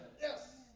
yes